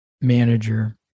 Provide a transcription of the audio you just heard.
manager